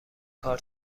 کار